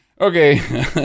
Okay